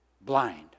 blind